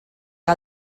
que